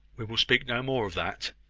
we will speak no more of that.